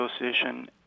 Association